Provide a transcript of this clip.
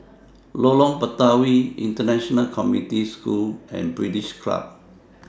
Lorong Batawi International Community School and British Club